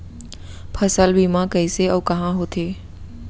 फसल बीमा कइसे अऊ कहाँ होथे?